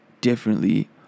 differently